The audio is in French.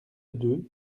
deux